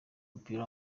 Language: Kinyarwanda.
w’umupira